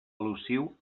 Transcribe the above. al·lusiu